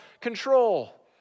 control